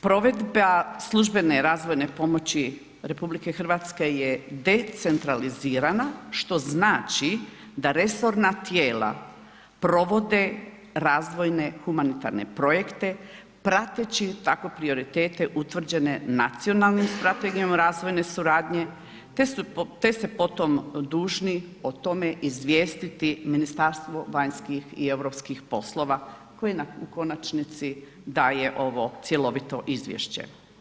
Provedba službene razvojne pomoći RH je decentralizirana, što znači da resorna tijela provode razvojne humanitarne projekte, prateći tako prioritete utvrđene Nacionalnom strategijom razvojne suradnje te su po tom dužni o tome izvijestiti Ministarstvo vanjskih i europskih poslova koje u konačnici daje ovo cjelovito izvješće.